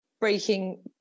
breaking